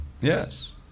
yes